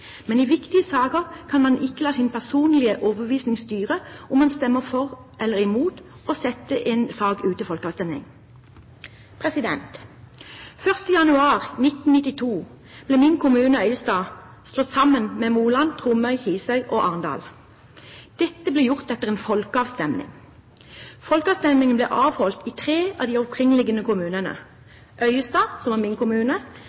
men i viktige saker kan man ikke la sin personlige overbevisning styre om man stemmer for eller imot å sette en sak ut til folkeavstemning. Den 1. januar 1992 ble min kommune, Øyestad, slått sammen med Moland, Tromøy og Hisøy og Arendal. Dette ble gjort etter en folkeavstemning. Folkeavstemningen ble avholdt i tre av de omkringliggende kommunene. I Øyestad, som var min kommune,